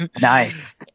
Nice